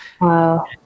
Wow